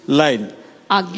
line